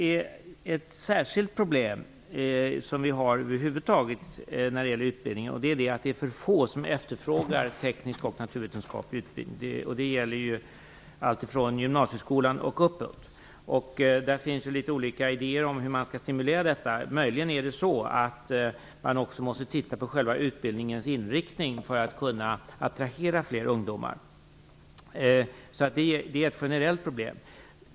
På utbildningsområdet finns ett särskilt problem, nämligen att det är för få som efterfrågar teknisk och naturvetenskaplig utbildning. Det gäller från gymnasieskolan och uppåt. Det finns litet olika idéer om hur man skall stimulera detta. Man måste möjligen också se över och förändra själva utbildningens inriktning för att kunna attrahera flera ungdomar. Detta är ett generellt problem.